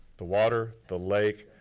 the water, the lake,